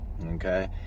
Okay